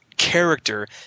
character